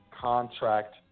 contract